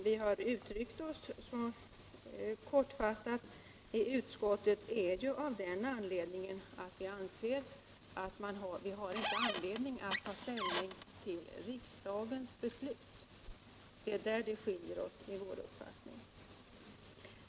Vi har uttryckt oss så kortfattat i utskottet därför att vi anser att vi inte har anledning att ta ställning till riksdagens beslut. Det är där vi skiljer oss åt i våra uppfattningar.